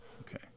Okay